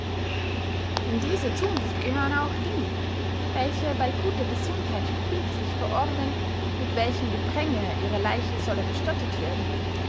in diese zunft gehören auch die welche bey guter gesundheit pünktlich verordnen mit welchem gepränge ihre leiche solle bestattet werden